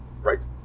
right